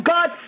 God